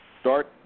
Start